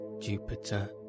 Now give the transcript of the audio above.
Jupiter